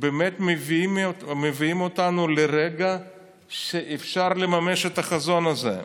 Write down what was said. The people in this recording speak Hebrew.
באמת מביא אותנו לרגע שאפשר לממש את החזון הזה,